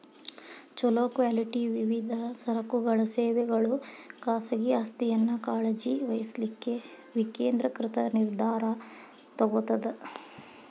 ಛೊಲೊ ಕ್ವಾಲಿಟಿ ವಿವಿಧ ಸರಕುಗಳ ಸೇವೆಗಳು ಖಾಸಗಿ ಆಸ್ತಿಯನ್ನ ಕಾಳಜಿ ವಹಿಸ್ಲಿಕ್ಕೆ ವಿಕೇಂದ್ರೇಕೃತ ನಿರ್ಧಾರಾ ತೊಗೊತದ